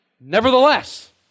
nevertheless